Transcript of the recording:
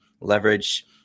leverage